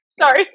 Sorry